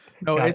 No